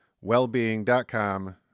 Wellbeing.com